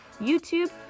YouTube